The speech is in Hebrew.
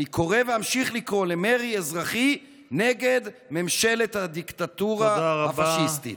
אני קורא ואמשיך לקרוא למרי אזרחי נגד ממשלת הדיקטטורה הפשיסטית.